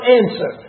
answer